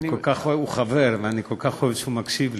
הוא חבר, ואני כל כך אוהב שהוא מקשיב לי,